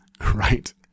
right